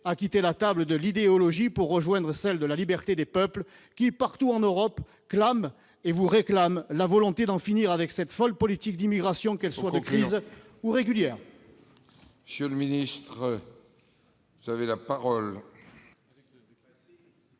à quitter la table de l'idéologie pour rejoindre celle de la liberté des peuples qui, partout en Europe, clament leur volonté, et vous réclament, d'en finir avec cette folle politique d'immigration, qu'elle soit de crise ou régulière ? La parole est à M. le ministre.